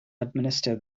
administer